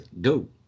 Go